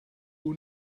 will